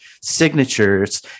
signatures